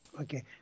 Okay